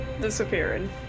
disappearing